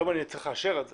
היום אני אאשר את זה.